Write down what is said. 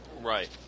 Right